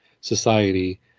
society